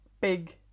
big